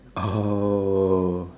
oh